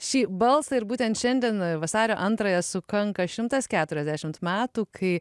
šį balsą ir būtent šiandien vasario antrąją sukanka šimtas keturiasdešimt metų kai